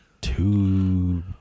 Two